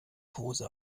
pose